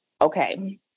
Okay